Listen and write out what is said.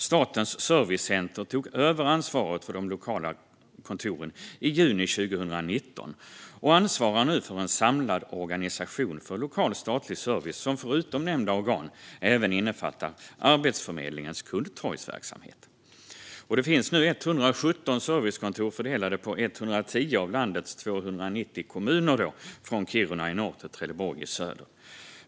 Statens servicecenter tog över ansvaret för de lokala servicekontoren i juni 2019 och ansvarar nu för en samlad organisation för lokal statlig service, som förutom nämnda organ även innefattar Arbetsförmedlingens kundtorgsverksamhet. Det finns nu 117 servicekontor fördelade på 110 av landets 290 kommuner, från Kiruna i norr till Trelleborg i söder.